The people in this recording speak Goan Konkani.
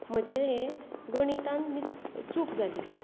म्हजे हे गणितान मिस चूक जाली